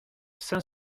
cinq